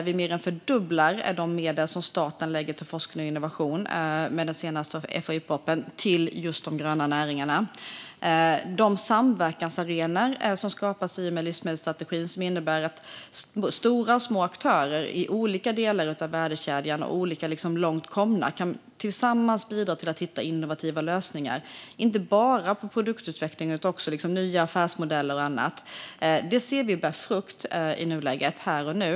Vi mer än fördubblar de medel som staten lägger till forskning och innovation, just när det gäller de gröna näringarna, med den senaste FOI-propositionen. De samverkansarenor som skapas i och med livsmedelsstrategin innebär att stora och små aktörer i olika delar av värdekedjan, som är olika långt komna, tillsammans kan bidra till att hitta innovativa lösningar, inte bara när det gäller produktutveckling utan också när det gäller nya affärsmodeller och annat. Vi ser att detta bär frukt här och nu.